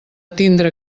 tindre